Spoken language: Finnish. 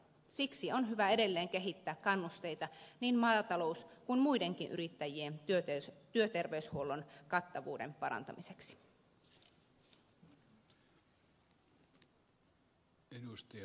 siksi on hyvä edelleen kehittää kannusteita niin maatalous kuin muidenkin yrittäjien työterveyshuollon kattavuuden parantamiseksi